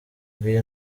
bw’iyi